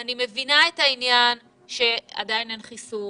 אני מבינה את העניין שעדיין אין חיסון